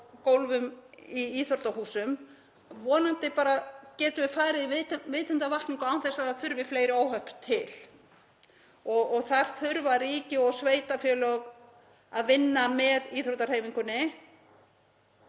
í íþróttahúsum. Vonandi getum við farið í vitundarvakningu án þess að það þurfi fleiri óhöpp til. Þar þurfa ríki og sveitarfélög að vinna með íþróttahreyfingunni,